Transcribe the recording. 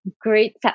great